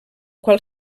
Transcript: qual